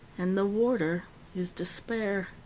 and the warder is despair.